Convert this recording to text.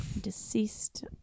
Deceased